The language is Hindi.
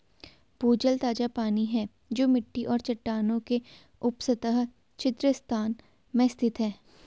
भूजल ताजा पानी है जो मिट्टी और चट्टानों के उपसतह छिद्र स्थान में स्थित है